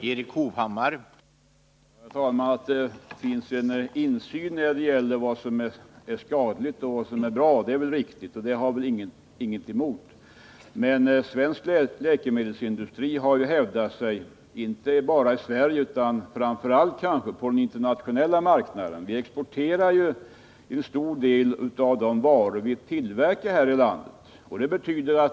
Herr talman! Det bör naturligtvis finnas en insyn på läkemedelsindustrins område, så att man kan avgöra vilka preparat som är skadliga och vilka som är bra. Det har vi inget emot. Svensk läkemedelsindustri har inte bara hävdat sig i Sverige utan kanske framför allt på den internationella marknaden, och en stor del av de läkemedel som tillverkas här i landet går på export.